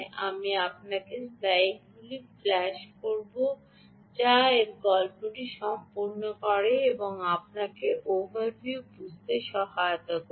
আমি আপনাকে স্লাইডগুলি ফ্ল্যাশ করব যা এর গল্পটি সম্পূর্ণ করবে এবং এটি আপনাকে ওভারভিউ বুঝতে সহায়তা করবে